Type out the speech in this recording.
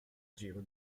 giro